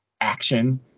action